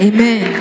Amen